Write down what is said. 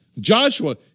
Joshua